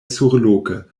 surloke